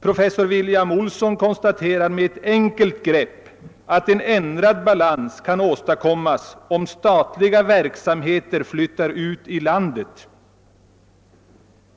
Professor William-Olsson konstaterar att en ändrad balans kan åstadkommas om statliga verksamheter flyttar ut i landet.